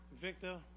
Victor